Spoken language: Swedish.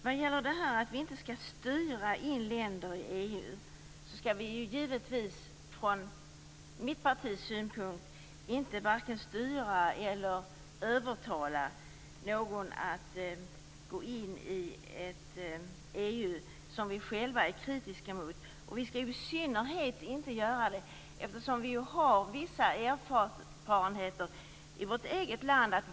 Vad gäller det som sades om att vi inte skall styra in länder i EU vill jag säga att vi från mitt parti givetvis varken tycker att vi skall styra eller övertala någon att gå in i ett EU som vi själva är kritiska mot, i synnerhet eftersom vi har vissa erfarenheter i vårt eget land.